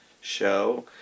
show